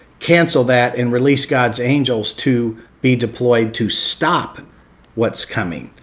cancel that and release god's angels to be deployed to stop what's coming.